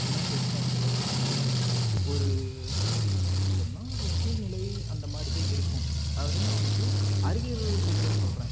இல்லைனா பெருசாக அதிக வளர்ச்சி இல்லாமல் ஒரு எப்படி சொல்கிறதுன்னா ஒரு கீழ்நிலை அந்த மாதிரி தான் இருக்கும் அதாவது நான் வந்து அறிவியல் ரீதியாக சொல்கிறேன்